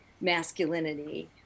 masculinity